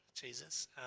Jesus